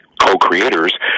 co-creators